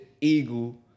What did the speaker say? eagle